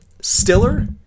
Stiller